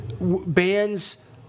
bands